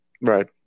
Right